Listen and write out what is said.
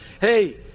hey